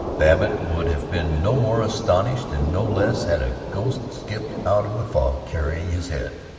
babbitt would have been no more astonished and no less had a ghost skipped out of the fog carrying his head.